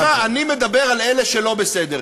סליחה, אני מדבר על אלה שלא בסדר.